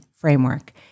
framework